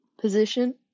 Position